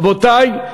רבותי,